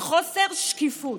היא חוסר שקיפות.